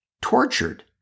tortured